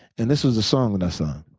and this was the song that i sung.